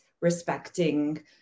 respecting